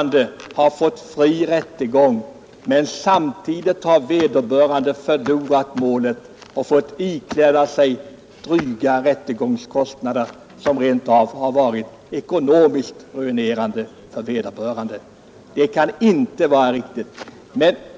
en person fått fri rättegång, men förlorat målet och fått ikläda sig dryga rättegångskostnader för motparten som varit ekonomiskt ruinerande för vederbörande. Det kan inte vara riktigt!